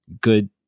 good